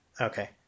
Okay